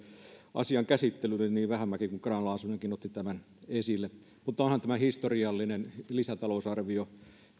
asian käsittelylle niin vähämäki kuin grahn laasonenkin ottivat tämän esille mutta onhan tämä historiallinen lisätalousarvio